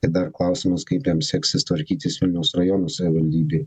i dar klausimas kaip jam seksis tvarkytis vilniaus rajono savivaldybėj